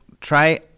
try